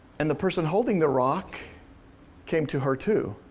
and the person holding the rock came to her too.